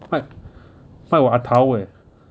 卖卖我 eh